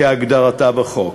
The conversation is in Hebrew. כהגדרתה בחוק,